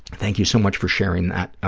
thank you so much for sharing that,